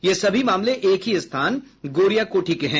ये सभी मामले एक ही स्थान गोरियाकोठी के हैं